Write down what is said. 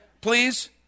Please